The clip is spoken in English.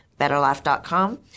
BetterLife.com